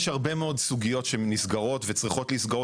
יש הרבה מאוד סוגיות שהן נסגרות וצריכות להיסגר,